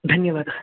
धन्यवादः